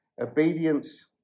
obedience